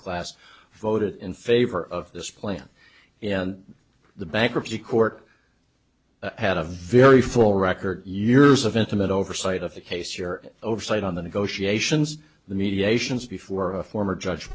class voted in favor of this plan and the bankruptcy court had a very full record years of intimate oversight of the case your oversight on the negotiations the mediations before a former judge